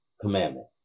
commandment